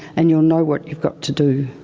and you'll know what you've got to do.